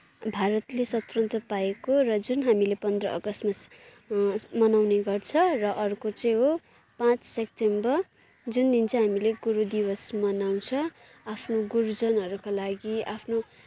भारतले स्वतन्त्र पाएको र जुन हामीले पन्ध्र अगस्तमा मनाउने गर्छ र अर्को चाहिँ हो पाँच सेप्टेम्बर जुन दिन चाहिँ हामीले गुरू दिवस मनाउँछ आफ्नो गुरूजनहरूका लागि आफ्नो